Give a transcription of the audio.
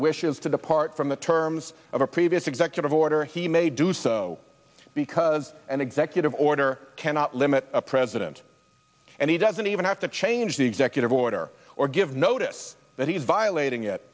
wishes to depart from the terms of a previous executive order he may do so because an executive order cannot limit a president and he doesn't even have to change the executive order or give notice that he is violating